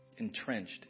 entrenched